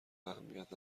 اهمیت